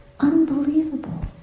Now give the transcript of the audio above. Unbelievable